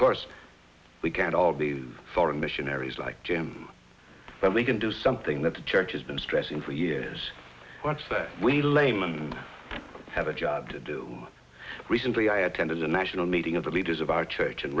course we can't all be foreign missionaries like jim but we can do something that the church has been stressing for years what's that we laymen have a job to do recently i attended a national meeting of the leaders of our church and